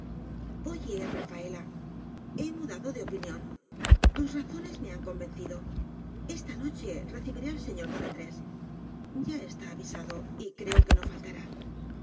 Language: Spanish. oye rafaela he mudado de opinión tus ra zones me han convencido esta noche recibiré al señor don andrés ya está avisado y creo que no faltará